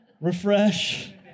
refresh